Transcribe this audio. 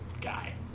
guy